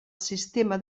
sistema